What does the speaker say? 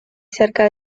cerca